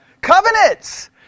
Covenants